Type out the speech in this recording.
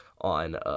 on